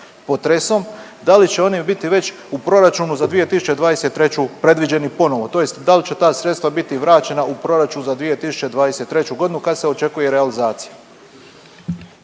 potresom, da li će oni biti već u proračunu za 2023. predviđeni ponovo, tj. da li će ta sredstva biti vraćena u proračuna za 2023. kad se očekuje realizacija.